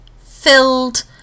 filled